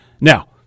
Now